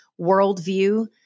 worldview